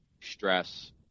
stress